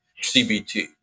CBT